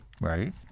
right